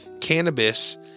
cannabis